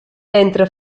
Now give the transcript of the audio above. entre